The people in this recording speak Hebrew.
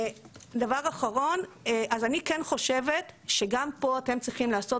אני כן חושבת שגם פה אתם צריכים לעשות